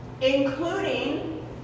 including